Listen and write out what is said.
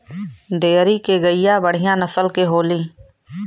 dairy के गईया बढ़िया नसल के होली